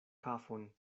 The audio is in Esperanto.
kafon